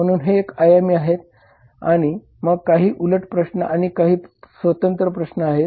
म्हणून हे एक आयामी आहेत आणि मग काही उलट प्रश्न आणि काही स्वतंत्र प्रश्न आहेत